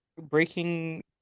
Breaking